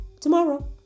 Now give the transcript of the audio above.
tomorrow